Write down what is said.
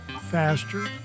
faster